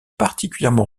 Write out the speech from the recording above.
particulièrement